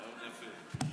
רעיון יפה.